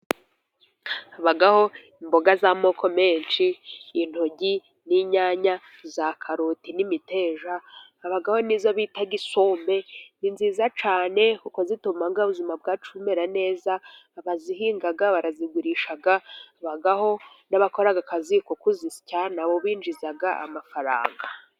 Habaho imboga z'amoko menshi. Intoryi n'inyanya, za karoti n'imiteja. Habaho n'izo bita isombe. Ni nziza cyane kuko zituma ubuzima bwacu bumera neza, abazihinga barazigurisha. Habaho n'abakora akazi ko kuzisya, abo binjiza amafaranga.